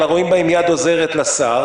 אלא רואים בהם יד עוזרת לשר.